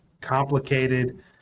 complicated